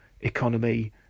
economy